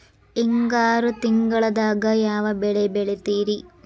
ಹಿಂಗಾರು ತಿಂಗಳದಾಗ ಯಾವ ಬೆಳೆ ಬೆಳಿತಿರಿ?